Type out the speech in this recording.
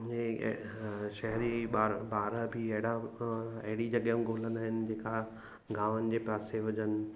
शहरी ॿार ॿार बि अहिड़ा अहिड़ियूं जॻहियूं ॻोल्हींदा आहिनि जेका गांवनि जे पासे वञनि